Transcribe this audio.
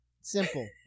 Simple